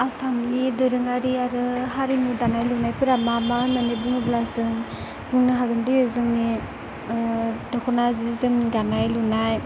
आसामनि दोरोङारि आरो हारिमु दानाय लुनायफोरा मा मा होननानै बुङोब्ला जों बुंनो हागोन दि जोंनि दखना सि जोम दानाय लुनाय